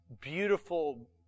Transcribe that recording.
beautiful